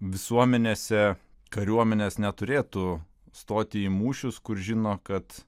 visuomenėse kariuomenės neturėtų stoti į mūšius kur žino kad